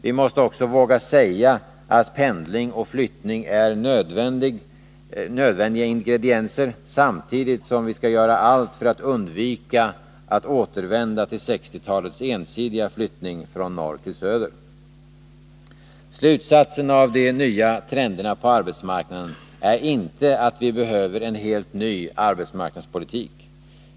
Vi måste också våga säga att pendling och flyttning är nödvändiga ingredienser, samtidigt som vi skall göra allt för att undvika att återvända till 1960-talets ensidiga flyttning från norr till söder. Slutsatsen av de nya trenderna på arbetsmarknaden är inte att vi behöver en helt ny arbetsmarknadspolitik.